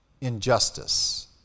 injustice